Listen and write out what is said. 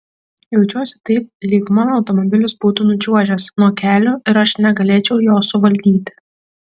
jaučiuosi taip lyg mano automobilis būtų nučiuožęs nuo kelio ir aš negalėčiau jo suvaldyti